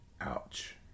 Ouch